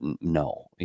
no